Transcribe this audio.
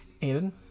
Aiden